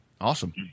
Awesome